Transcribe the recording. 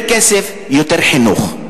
יותר כסף, יותר חינוך.